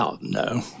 No